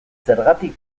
zergatik